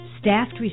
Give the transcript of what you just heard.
Staffed